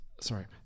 Sorry